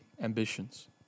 ambitions